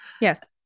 Yes